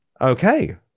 Okay